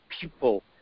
people